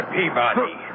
Peabody